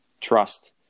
trust